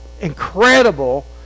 incredible